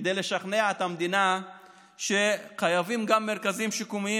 כדי לשכנע את המדינה שחייבים גם מרכזים שיקומיים